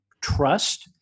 trust